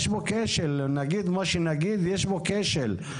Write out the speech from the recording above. נגיד מה שנגיד, יש פה כשל.